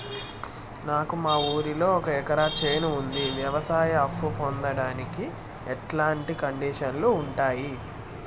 నాకు మా ఊరిలో ఒక ఎకరా చేను ఉంది, వ్యవసాయ అప్ఫు పొందడానికి ఎట్లాంటి కండిషన్లు ఉంటాయి?